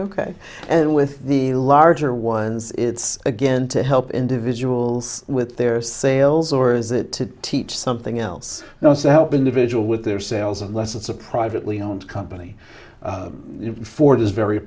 ok and with the larger ones it's again to help individuals with their sales or is it to teach something else now some help individual with their sales unless it's a privately owned company ford is very